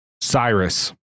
Cyrus